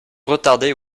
retardés